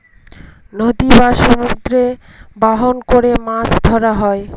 নদী বা সমুদ্রতে বাহন করে মাছ ধরা হয়